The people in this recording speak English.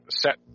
set